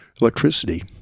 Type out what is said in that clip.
electricity